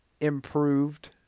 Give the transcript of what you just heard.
improved